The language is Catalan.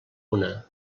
una